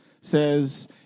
says